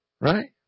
Right